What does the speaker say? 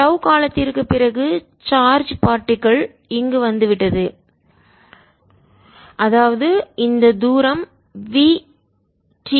டோவ் காலத்திற்குப் பிறகு charge particle துகள் இங்கு வந்து விட்டதுஅதாவது இந்த தூரம் v t